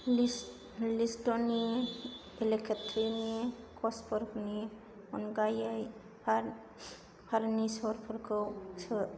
लिस्टनि इलेक्ट्र'निक्सफोरनि अनगायै फारनिचारफोरखौ सो